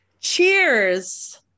Cheers